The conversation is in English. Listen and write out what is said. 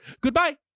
Goodbye